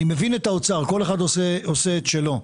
האוצר, כל אחד עושה את שלו,